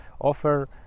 offer